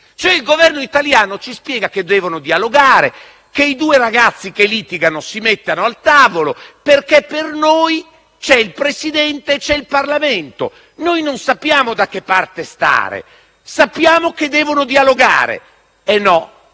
il Governo italiano ci spiega che devono dialogare; che i due ragazzi che litigano si mettano al tavolo, perché per noi ci sono il Presidente e il Parlamento; noi non sappiamo da che parte stare; sappiamo che devono dialogare. No,